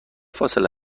فاصله